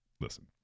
listen